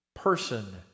person